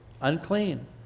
Unclean